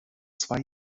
zwei